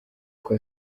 kwa